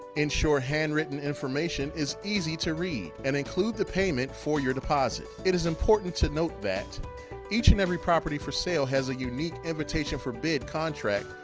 ensure handwritten information is easy to read and include the payment for your deposit. it is important to note that each and every property for sale has a unique invitation for bid contract,